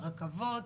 רכבות.